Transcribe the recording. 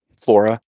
flora